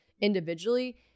individually